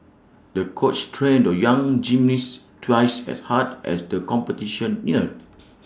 the coach trained the young gymnast twice as hard as the competition neared